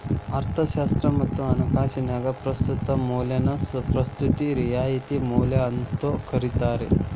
ಅರ್ಥಶಾಸ್ತ್ರ ಮತ್ತ ಹಣಕಾಸಿನ್ಯಾಗ ಪ್ರಸ್ತುತ ಮೌಲ್ಯನ ಪ್ರಸ್ತುತ ರಿಯಾಯಿತಿ ಮೌಲ್ಯ ಅಂತೂ ಕರಿತಾರ